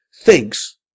thinks